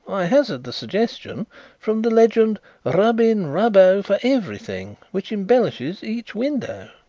hazard the suggestion from the legend rub in rubbo for everything which embellishes each window.